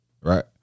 Right